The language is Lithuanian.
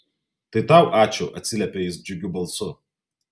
tai tau ačiū atsiliepia jis džiugiu balsu